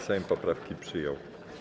Sejm poprawki przyjął.